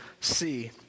see